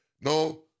no